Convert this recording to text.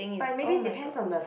but maybe depends on the